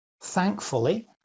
Thankfully